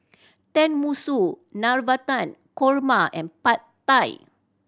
Tenmusu Navratan Korma and Pad Thai